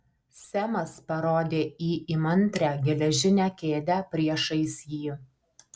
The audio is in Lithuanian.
semas parodė į įmantrią geležinę kėdę priešais jį